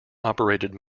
operated